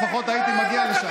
לפחות הייתי מגיע לשם.